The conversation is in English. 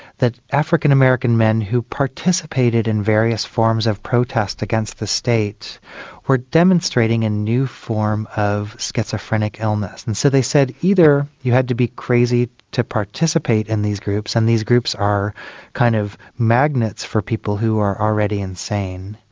that african-american men who participated in various forms of protest against the state were demonstrating a new form of schizophrenic illness. and so they said either you had to be crazy to participate in these groups, and these groups are kind of magnets for people who are already insane,